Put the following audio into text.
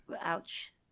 Ouch